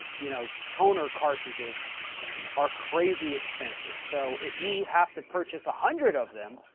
but you know, toner cartridges are crazy expensive. so if you have to purchase a hundred of them,